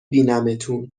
بینمتون